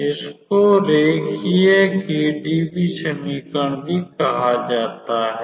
इसको रेखीय केडीवी समीकरण भी कहा जाता है